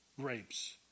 grapes